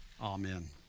Amen